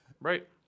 Right